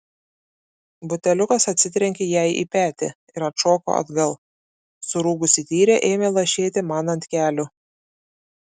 buteliukas atsitrenkė jai į petį ir atšoko atgal surūgusi tyrė ėmė lašėti man ant kelių